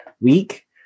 week